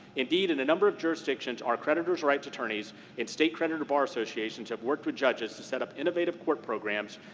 indeed, in a number of jurisdictions, our creditors' rights attorneys and state creditor bar associations have worked with judges to set up innovative court programs,